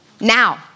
now